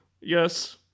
Yes